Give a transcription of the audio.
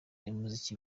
umuziki